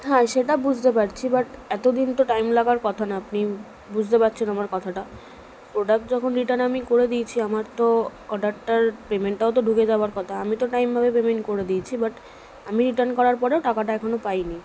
হ্যাঁ সেটা বুঝতে পারছি বাট এতদিন তো টাইম লাগার কথা না আপনি বুঝতে পারছেন আমার কথাটা প্রোডাক্ট যখন রিটার্ন আমি করে দিয়েছি আমার তো অর্ডারটার পেমেন্টটাও তো ঢুকে যাওয়ার কথা আমি তো টাইমভাবে পেমেন্ট করে দিয়েছি বাট আমি রিটার্ন করার পরেও টাকাটা এখনও পাইনি